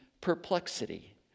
perplexity